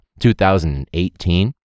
2018